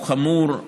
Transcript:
הוא חמור,